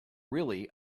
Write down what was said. really